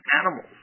animals